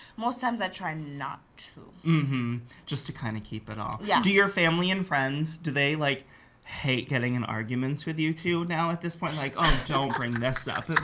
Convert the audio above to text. most times i try not to. mm-hmm just to kind of keep it off. yeah. do your family and friends, do they like hate getting in arguments with you two now at this point? like, oh, don't bring this up!